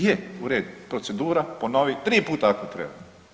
Je, u redu, procedura, ponovi 3 puta ako treba.